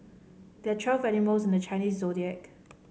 there're twelve animals in the Chinese Zodiac